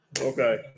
Okay